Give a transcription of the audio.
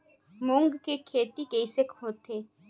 मूंग के खेती कइसे होथे?